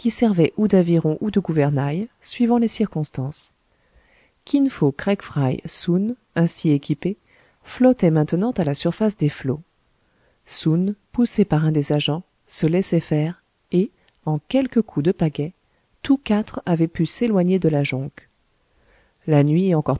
servait ou d'aviron ou de gouvernail suivant les circonstances kin fo craig fry soun ainsi équipés flottaient maintenant à la surface des flots soun poussé par un des agents se laissait faire et en quelques coups de pagaie tous quatre avaient pu s'éloigner de la jonque la nuit